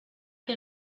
que